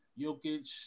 Jokic